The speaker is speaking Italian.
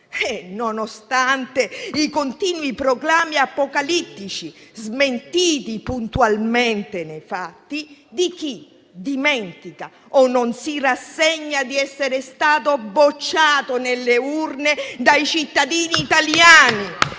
nonostante i continui proclami apocalittici, smentiti puntualmente nei fatti, di chi dimentica o non si rassegna al fatto di essere stato bocciato alle urne dai cittadini italiani